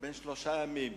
בן שלושה ימים.